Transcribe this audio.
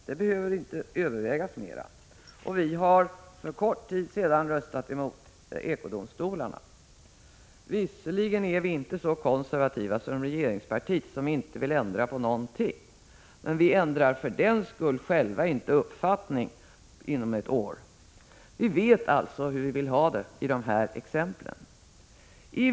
Detta behöver inte övervägas ytterligare, och vi har för en kort tid sedan röstat emot ekodomstolarna. Visserligen är vi inte så konservativa som regeringspartiet, som inte vill ändra på någonting, men vi ändrar för den skull själva inte uppfattning inom ett år. Vi vet alltså hur vi vill ha det i de nämnda exemplen.